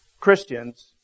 Christians